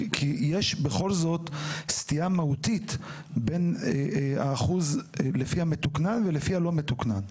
כי יש בכל זאת סטייה מהותית בין האחוז לפי המתוקנן ולפי הלא מתוקנן,